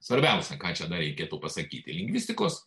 svarbiausia ką čia reikėtų pasakyti lingvistikos